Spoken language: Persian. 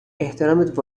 احترامت